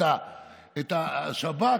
את השב"כ,